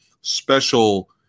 special